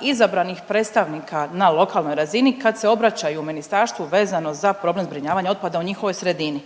izabranih predstavnika na lokalnoj razini kad se obraćaju ministarstvu vezano za problem zbrinjavanja otpada u njihovoj sredini.